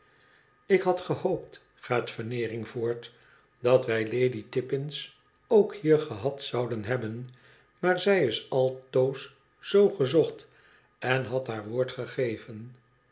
ik had gehoopt gaat veneering voort dat wij lady tippins ook hier gehad zouden hebben maar zij is altoos zoo gezocht en had haar woord gegeven